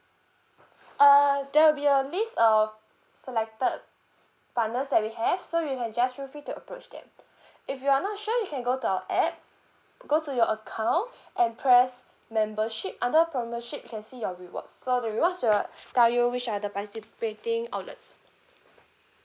uh there will be a list of selected partners that we have so you can just feel free to approach them if you're not sure you can go to our app go to your account and press membership under promo ship you can see your rewards so the reward will tell you which are the participating outlets